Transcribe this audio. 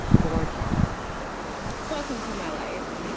board mama welcome to my life.